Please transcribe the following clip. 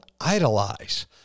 idolize